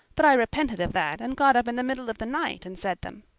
but i repented of that and got up in the middle of the night and said them.